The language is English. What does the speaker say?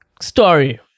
story